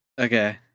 Okay